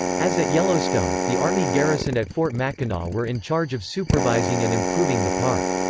as at yellowstone, the army garrison at fort mackinac were in charge of supervising and improving the park.